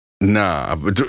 Nah